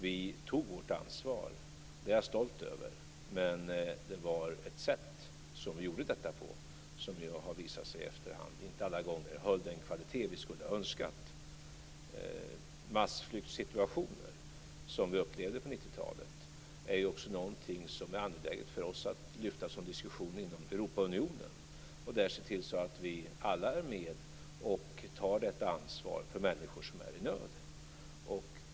Vi tog vårt ansvar - det är jag stolt över - men det var på ett sätt som nu i efterhand har visat sig inte alltid höll den kvalitet som vi skulle ha önskat. De massflyktsituationer som vi upplevde på 90 talet är ju också någonting som det är angeläget för oss att lyfta fram som diskussion inom Europaunionen och där se till att vi alla är med och tar ansvar för människor som är i nöd.